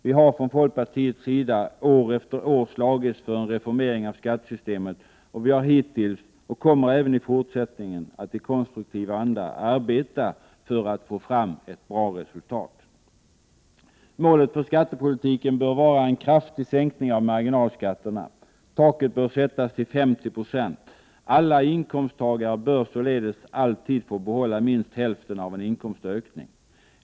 Vi har från folkpartiets sida år efter år slagits för en reformering av skattesystemet, och vi har hittills arbetat — och kommer även i fortsättningen att i konstruktiv anda arbeta — för att nå fram till ett bra resultat. Målet för skattepolitiken bör vara en kraftig sänkning av marginalskatterna. Taket bör sättas till 50 90. Alla inkomsttagare bör således alltid få behålla minst hälften av en inkomstökning.